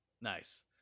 Nice